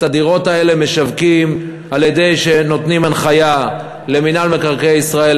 את הדירות האלה משווקים על-ידי שנותנים הנחיה למינהל מקרקעי ישראל,